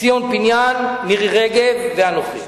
ציון פיניאן, מירי רגב ואנוכי.